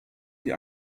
die